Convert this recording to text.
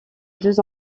deux